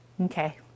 Okay